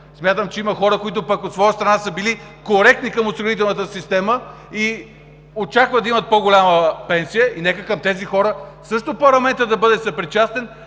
Смятам, че има хора, които от своя страна са били коректни към осигурителната система и очакват да имат по-голяма пенсия. Нека към тези хора парламентът да бъде съпричастен